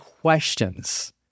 questions